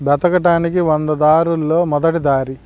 బ్రతకటానికి వంద దారుల్లో మొదటి దారి